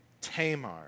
Tamar